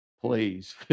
Please